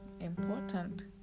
important